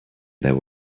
there